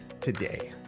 today